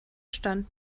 stand